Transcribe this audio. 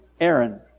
Aaron